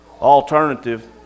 alternative